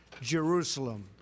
Jerusalem